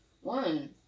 one